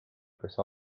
peaks